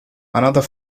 another